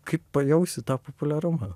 kaip pajausi tą populiarumą